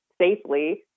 safely